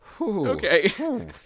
Okay